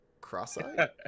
cross-eyed